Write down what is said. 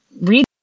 read